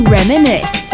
Reminisce